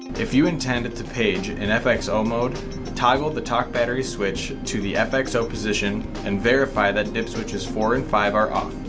if you intend it to page and fxo mode toggle the talk-battery switch to the fxo position and verify that dip switches four and five are on.